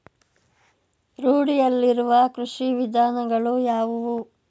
ರೂಢಿಯಲ್ಲಿರುವ ಕೃಷಿ ವಿಧಾನಗಳು ಯಾವುವು?